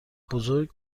بزرگ